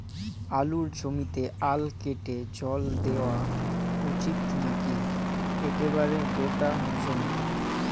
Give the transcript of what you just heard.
আলুর জমিতে আল কেটে জল দেওয়া উচিৎ নাকি একেবারে গোটা জমিতে?